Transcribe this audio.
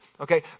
Okay